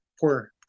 poor